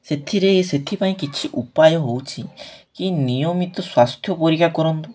ସେଥିରେ ସେଥିପାଇଁ କିଛି ଉପାୟ ହେଉଛିି କି ନିୟମିତ ସ୍ୱାସ୍ଥ୍ୟ ପରିକ୍ଷା କରନ୍ତୁ